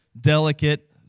delicate